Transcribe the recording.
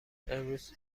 امروز